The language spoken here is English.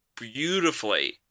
beautifully